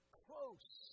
close